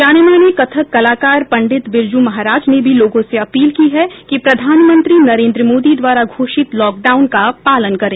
जाने माने कथक कलाकार पंडित बिरजू महाराज ने भी लोगों से अपील की है कि प्रधानमंत्री नरेन्द्र मोदी द्वारा घोषित लॉकडाउन का पालन करें